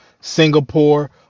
Singapore